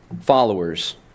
followers